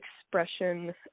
expression